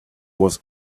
was